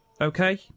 okay